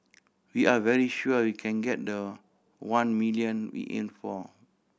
we are very sure we can get the one million we aim for